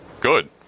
good